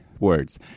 words